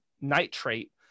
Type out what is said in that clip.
nitrate